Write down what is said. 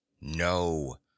no